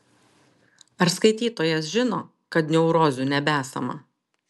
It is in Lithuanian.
ar skaitytojas žino kad neurozių nebesama